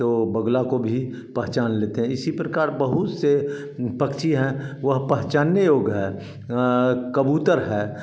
तो बगुला को भी पहचान लेते हैं इसी प्रकार बहुत से पक्षी हैं वह पहचानने योग्य है कबूतर है